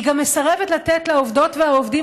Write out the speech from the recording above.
היא מסרבת גם לתת לעובדות ולעובדים